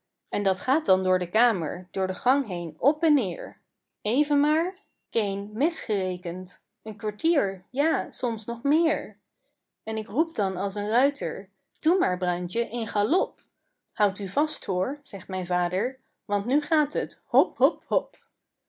en dat gaat dan door de kamer door den gang heen op en neer even maar keen misgerekend een kwartier ja soms nog meer en ik roep dan als een ruiter toe maar bruintjen in galop houd u vast hoor zegt mijn vader want nu gaat het hop hop hop